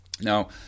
now